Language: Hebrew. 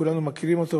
כולנו מכירים אותו,